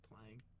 playing